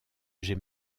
j’ai